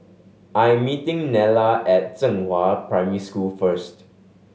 I am meeting Nella at Zhenghua Primary School first